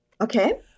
Okay